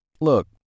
Look